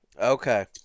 Okay